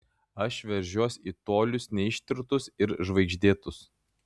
aš veržiuos į tolius neištirtus ir žvaigždėtus